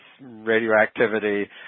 radioactivity